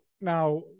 Now